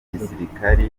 gisirikari